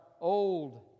old